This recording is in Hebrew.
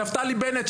נפתלי בנט,